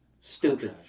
Stupid